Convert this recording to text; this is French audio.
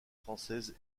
française